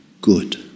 good